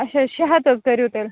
اچھا شیٚے ہَتھ حظ کٔرو تیٚلہِ